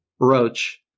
Roach